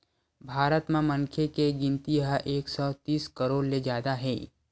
भारत म मनखे के गिनती ह एक सौ तीस करोड़ ले जादा हे